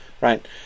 Right